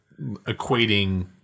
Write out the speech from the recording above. equating